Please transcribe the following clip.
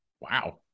Wow